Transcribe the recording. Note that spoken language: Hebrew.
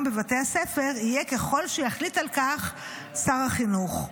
בבתי הספר יהיה ככל שיחליט על כך שר החינוך.